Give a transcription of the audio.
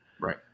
right